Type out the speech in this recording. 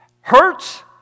hurts